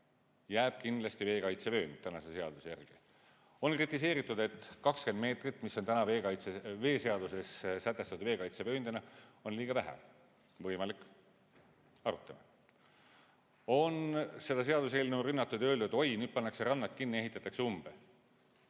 Jääb kindlasti veekaitsevöönd tänase seaduse järgi. On kritiseeritud, et 20 meetrit, mis on täna veeseaduses sätestatud veekaitsevööndina, on liiga vähe. Võimalik. Arutame seda. Seda seaduseelnõu on rünnatud ja öeldud, et oi, nüüd pannakse rannad kinni, ehitatakse umbe.